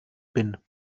bin